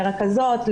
לרכזות,